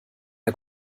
der